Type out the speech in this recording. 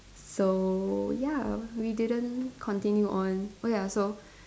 so ya we didn't continue on oh ya so